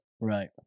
Right